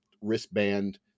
wristband